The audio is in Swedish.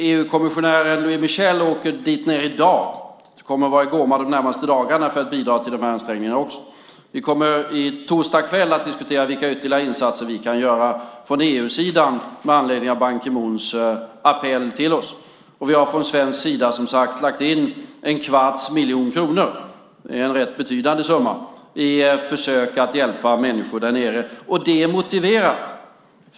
EU-kommissionären Louis Michel åker dit ned i dag och kommer att vara i Goma de närmaste dagarna för att bidra till de här ansträngningarna också. Vi kommer under torsdag kväll att diskutera vilka ytterligare insatser vi kan göra från EU-sidan med anledning av Ban Ki Moons appell till oss. Vi har från svensk sida som sagt lagt 1⁄4 miljon kronor, en rätt betydande summa, på försök att hjälpa människor där nere. Det är motiverat.